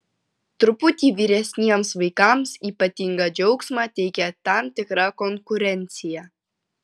truputį vyresniems vaikams ypatingą džiaugsmą teikia tam tikra konkurencija